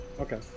okay